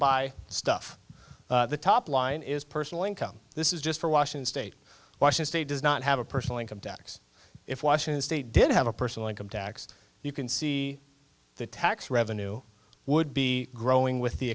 buy stuff the top line is personal income this is just for washington state washing state does not have a personal income tax if washington state did have a personal income tax you can see the tax revenue would be growing with the